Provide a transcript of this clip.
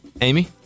Amy